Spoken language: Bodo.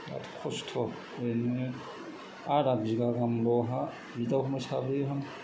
बिराद खस्थ' ओरैनो आदा बिघा गाहामल' हा बिदा फंबाय साब्रै गाहाम